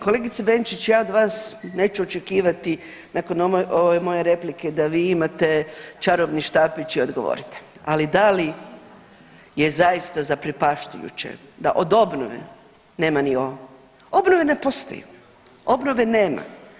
Kolegice Benčić ja od vas neću očekivati nakon ove moje replike da vi imate čarobni štapić i odgovorite, ali da li je zaista zaprepašćujuće da od obnove nema ni O, obnova ne postoji, obnove nema.